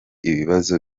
ibibazo